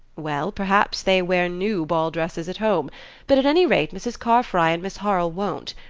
well, perhaps they wear new ball-dresses at home but at any rate mrs. carfry and miss harle won't.